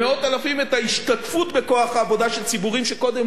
את ההשתתפות בכוח העבודה של ציבורים שקודם לא השתתפו,